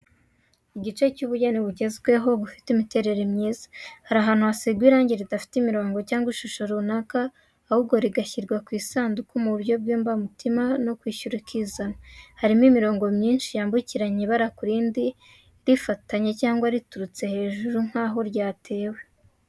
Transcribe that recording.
Igice cy’ubugeni bugezweho bufite imiterere myiza, hari ahantu hasigwa irangi ridafite imirongo cyangwa ishusho runaka, ahubwo rigashyirwa ku isanduku mu buryo bw’imbamutima no kwishyira ukizana. Harimo imirongo myinshi yambukiranya ibara ku rindi, rifatanye cyangwa riturutse hejuru nk’aho ryatewe.